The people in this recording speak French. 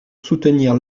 soutenir